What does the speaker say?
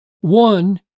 One